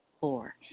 Four